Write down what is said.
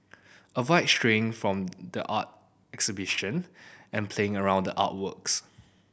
avoid straying from the art exhibition and playing around the artworks